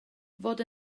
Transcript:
fod